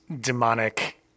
demonic